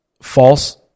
false